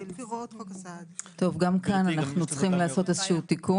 הוראות חוק הסעד, בהמשך לשיח של תחילת הישיבה,